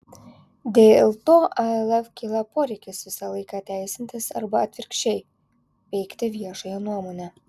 dėl to alf kyla poreikis visą laiką teisintis arba atvirkščiai peikti viešąją nuomonę